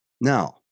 Now